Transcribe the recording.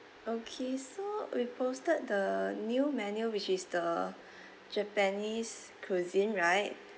okay so we posted the new menu which is the japanese cuisine right